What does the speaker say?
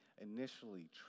initially